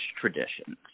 traditions